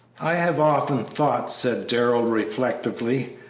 i have often thought, said darrell, reflectively,